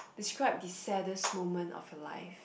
describe the saddest moment of your life